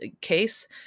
case